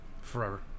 forever